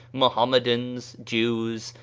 mohammedans, jews,